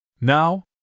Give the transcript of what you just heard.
Now